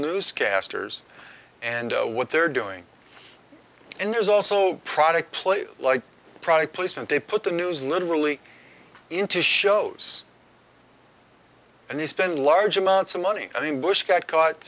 newscasters and what they're doing and there's also product players like product placement they put the news literally into shows and they spend large amounts of money i mean bush got caught